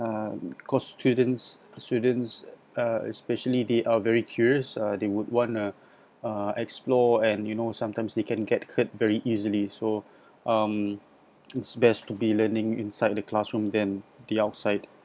um cause students students uh especially they are very curious uh they would want to explore and you know sometimes they can get hurt very easily so um it's best to be learning inside the classroom then the outside